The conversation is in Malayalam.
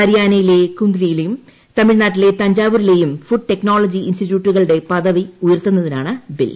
ഹരിയാനയിലെ കുന്ദ്ലിയിലെയും തമിഴ്നാട്ടിലെ തഞ്ചാവൂരിലെയും ഫുഡ് ടെക്നോളജി ഇൻസ്റ്റിറ്റ്യൂട്ടുകളുടെ പദവി ഉയർത്തുന്നതിനാണ് ബിൽ